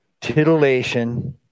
titillation